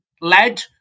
led